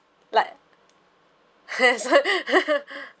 like